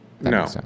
No